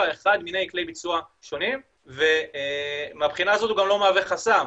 אחד מני כלי ביצוע שונים ומהבחינה הזאת הוא גם לא מהווה חסם.